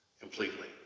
completely